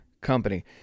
company